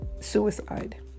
suicide